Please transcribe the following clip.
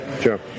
Sure